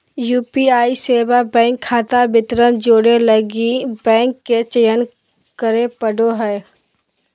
UPI सेवा bank खाता विवरण जोड़े लगी बैंक के चयन करे पड़ो हइ